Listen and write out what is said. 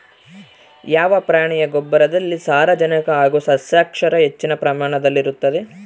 ಯಾವ ಪ್ರಾಣಿಯ ಗೊಬ್ಬರದಲ್ಲಿ ಸಾರಜನಕ ಹಾಗೂ ಸಸ್ಯಕ್ಷಾರ ಹೆಚ್ಚಿನ ಪ್ರಮಾಣದಲ್ಲಿರುತ್ತದೆ?